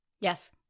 Yes